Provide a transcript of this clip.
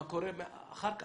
מה קורה אחר כך?